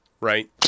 Right